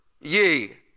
ye